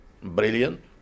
brilliant